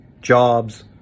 jobs